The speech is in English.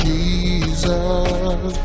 Jesus